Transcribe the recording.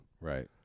Right